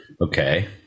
Okay